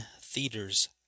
theaters